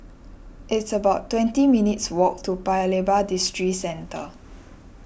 it's about twenty minutes' walk to Paya Lebar Districentre